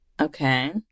Okay